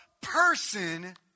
person